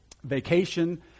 Vacation